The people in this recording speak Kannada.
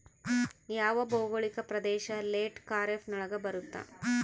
ಯಾವ ಭೌಗೋಳಿಕ ಪ್ರದೇಶ ಲೇಟ್ ಖಾರೇಫ್ ನೊಳಗ ಬರುತ್ತೆ?